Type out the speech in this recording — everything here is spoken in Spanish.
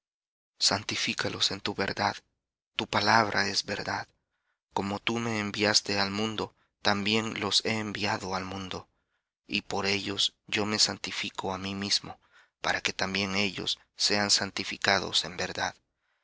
santifícalos en tu verdad tu palabra es verdad como tú me enviaste al mundo también los he enviado al mundo y por ellos yo me santifico á mí mismo para que también ellos sean santificados en verdad